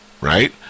Right